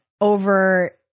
over